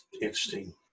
Interesting